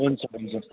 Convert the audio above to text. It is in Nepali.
हुन्छ हुन्छ